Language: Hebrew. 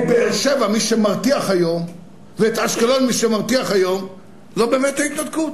את באר-שבע מי שמרתיח היום ואת אשקלון מי שמרתיח היום זו באמת ההתנתקות.